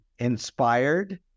inspired